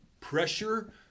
pressure